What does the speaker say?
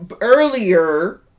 Earlier